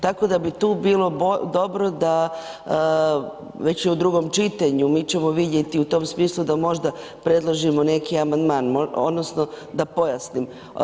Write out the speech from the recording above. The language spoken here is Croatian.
Tako da bi tu bilo dobro, već je u drugo čitanju, mi ćemo vidjeti u tom smislu da možda predložimo neki amandman odnosno da pojasnim.